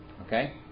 Okay